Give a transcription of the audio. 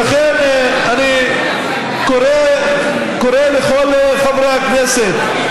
לכן, אני קורא לכל חברי הכנסת,